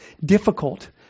difficult